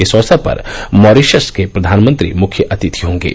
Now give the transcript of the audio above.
इस अवसर पर मॉरीशस के प्रधानमंत्री मुख्य अतिथि होंगे